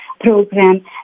program